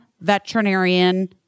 veterinarian